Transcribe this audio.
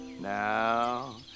Now